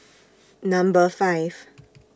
Number five